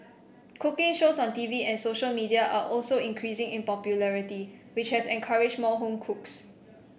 cooking shows on T V and social media are also increasing in popularity which has encouraged more home cooks